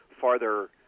farther